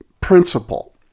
principle